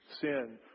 sin